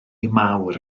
mawr